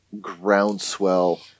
groundswell